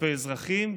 כלפי אזרחים.